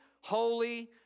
holy